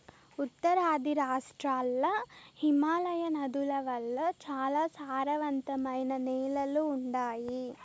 ఉత్తరాది రాష్ట్రాల్ల హిమాలయ నదుల వల్ల చాలా సారవంతమైన నేలలు ఉండాయి